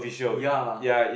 ya